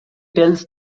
tells